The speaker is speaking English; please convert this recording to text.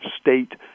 state